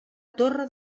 torre